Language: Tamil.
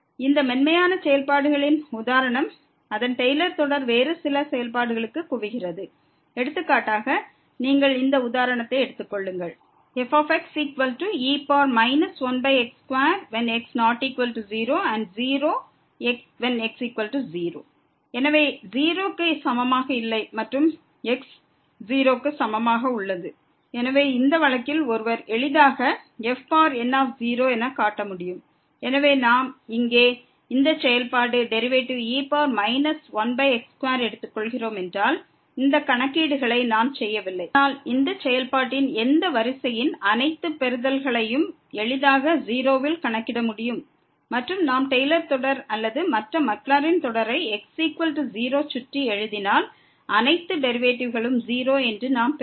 இந்த மென்மையான செயல்பாடுகளின் உதாரணத்தில் அதன் டெய்லர் தொடர் வேறு சில செயல்பாடுகளுக்கு குவிகிறது எடுத்துக்காட்டாக நீங்கள் இந்த உதாரணத்தை எடுத்துக்கொள்ளுங்கள் fxe 1x2x≠0 0x0 எனவே 0 க்கு சமமாக இல்லை மற்றும் x 0 க்கு சமமாக உள்ளது எனவே இந்த வழக்கில் ஒருவர் எளிதாக fn என காட்ட முடியும் எனவே நாம் இங்கே இந்த செயல்பாடு டெரிவேட்டிவ் e 1x2 ஐ எடுத்து கொள்கிறோம் என்றால் இந்த கணக்கீடுகளை நான் செய்யவில்லை ஆனால் இந்த செயல்பாட்டின் எந்த வரிசையின் அனைத்து பெறுதல்களையும் எளிதாக 0 ல் கணக்கிட முடியும் மற்றும் நாம் டெய்லர் தொடர் அல்லது மற்ற மாக்லரின் தொடரை x0 சுற்றி எழுதினால் அனைத்து டெரிவேட்டிவ்களும் 0 என்று நாம் பெறுவோம்